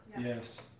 Yes